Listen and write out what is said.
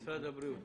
הבריאות,